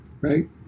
right